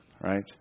right